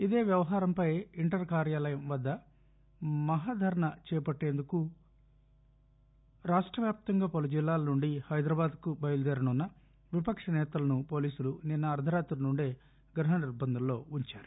ఇదే వ్యవహారంపై ఇంటర్ కార్యాలయం వద్ద మహాధర్నా చేపట్టేందుకు రాష్ట వ్యాప్తంగా పలు జిల్లాల నుండి హైదరాబాద్కు బయలుదేరనున్న విపక్ష సేతలను పోలీసులు నిన్న అర్దరాత్రి నుండే గృహ నిర్బంధంలో ఉంచారు